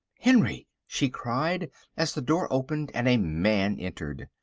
henry! she cried as the door opened and a man entered.